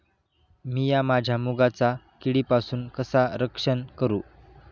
मीया माझ्या मुगाचा किडीपासून कसा रक्षण करू?